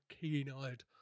keen-eyed